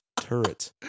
Turret